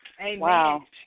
Amen